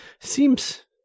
Seems